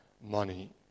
money